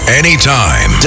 anytime